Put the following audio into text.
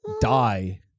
Die